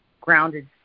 grounded